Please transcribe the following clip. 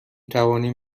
توانیم